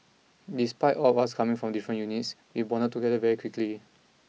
despite all of us coming from different units we bonded together very quickly